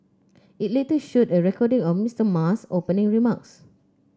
it later showed a recording of Mister Ma's opening remarks